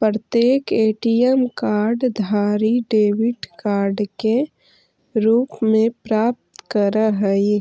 प्रत्येक ATM card धारी debit card के रूप में प्राप्त करऽ हइ